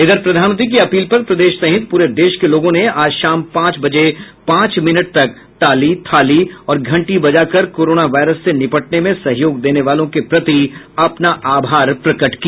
इधर प्रधानमंत्री की अपील पर प्रदेश सहित प्रेर देश के लागों ने आज शाम पांच बजे पांच मिनट तक ताली थाली और घंटी बजाकर कोरोना वायरस से निपटने में सहयोग देने वालों के प्रति अपना आभार प्रकट किया